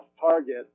target